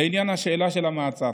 לעניין השאלה של המעצר,